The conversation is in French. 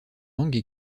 langue